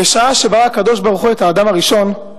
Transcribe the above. "בשעה שברא הקדוש-ברוך-הוא את האדם הראשון,